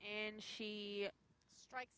and she strike